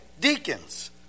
deacons